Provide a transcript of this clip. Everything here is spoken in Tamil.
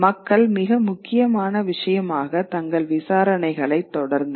மக்கள் மிக முக்கியமான விஷயமாக தங்கள் விசாரணைகளைத் தொடர்ந்தனர்